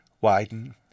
widen